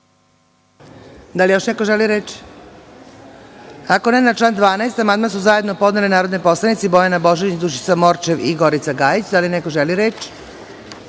Da li još neko želi reč? (Ne.)Na član 12. amandman su zajedno podnele narodni poslanici Bojana Božanić, Dušica Morčev i Gorica Gajić. Da li još neko želi reč?